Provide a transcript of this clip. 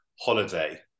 holiday